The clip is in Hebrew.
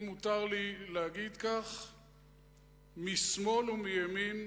אם מותר לי להגיד כך, משמאל ומימין,